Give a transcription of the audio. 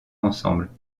ensemble